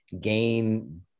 gain